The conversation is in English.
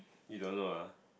you don't know ah